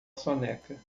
soneca